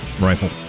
rifle